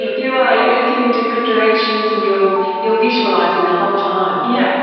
you are. you're looking in different directions and you're you're visualising the whole time. yeah